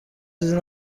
چیزی